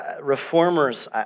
reformers